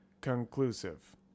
conclusive